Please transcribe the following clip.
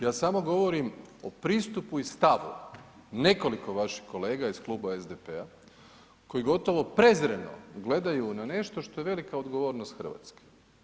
Ja samo govorim o pristupu i stavu nekoliko vaših kolega iz Kluba SDP-a koji gotovo prezreno gledaju na nešto što je velika odgovornost Hrvatske.